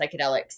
psychedelics